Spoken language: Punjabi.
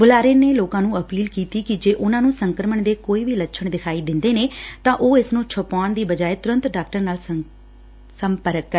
ਬੁਲਾਰੇ ਨੇ ਲੋਕਾਂ ਨੂੰ ਅਪੀਲ ਕੀਤੀ ਕਿ ਜੇ ਉਨੂਾਂ ਨੂੰ ਸੰਕਰਮਣ ਦੇ ਕੋਈ ਲੱਛਣ ਵਿਖਾਈ ਦਿੰਦੇ ਨੇ ਤਾ ਉਹ ਇਸ ਨੂੰ ਛੁਪਾਉਣ ਦੀ ਬਜਾਏ ਤੁਰੰਤ ਡਾਕਟਰ ਨਾਲ ਸੰਪਰਕ ਕਰਨ